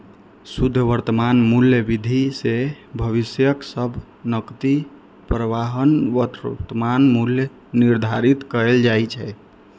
शुद्ध वर्तमान मूल्य विधि सं भविष्यक सब नकदी प्रवाहक वर्तमान मूल्य निर्धारित कैल जाइ छै